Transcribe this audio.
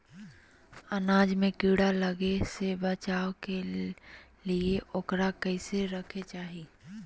अनाज में कीड़ा लगे से बचावे के लिए, उकरा कैसे रखना चाही?